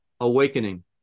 awakening